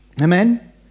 Amen